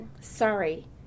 sorry